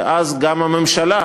ואז גם הממשלה,